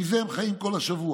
מזה הם חיים כל השבוע.